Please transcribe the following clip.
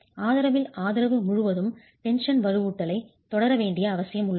ஆதரவில் ஆதரவு முழுவதும் டென்ஷன் வலுவூட்டலைத் தொடர வேண்டிய அவசியம் உள்ளது